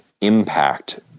Impact